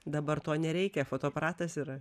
dabar to nereikia fotoaparatas yra